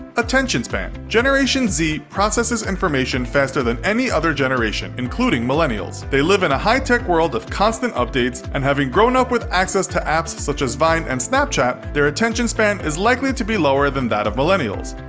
attention span generation z processes information faster than any other generation, including millennials. they live in a high tech world of constant updates, and having grown up with access to apps such as vine and snapchat, their attention span is likely to be lower than that of millennials.